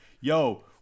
Yo